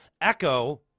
Echo